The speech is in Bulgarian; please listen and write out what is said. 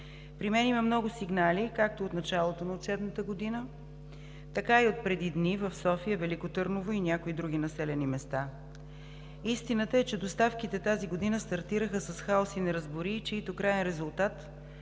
При мен има много сигнали както от началото на учебната година, така и от преди дни в София, Велико Търново и някои други населени места. Истината е, че доставките тази година стартираха с хаос и неразбории, чийто краен резултат